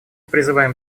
призываем